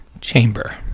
Chamber